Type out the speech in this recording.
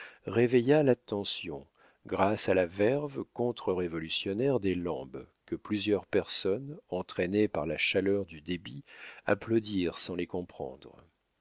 réveilla l'attention grâce à la verve contre révolutionnaire des iambes que plusieurs personnes entraînées par la chaleur du débit applaudirent sans les comprendre